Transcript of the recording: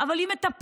אבל היא מטפלת,